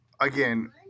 again